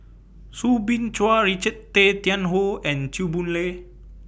Soo Bin Chua Richard Tay Tian Hoe and Chew Boon Lay